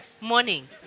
Morning